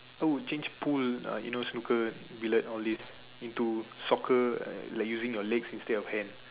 I would change pool uh you know snooker billiard all this into soccer like using your legs instead of hand